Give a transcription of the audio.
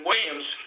Williams